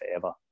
forever